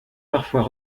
parfois